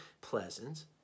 pleasant